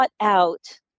out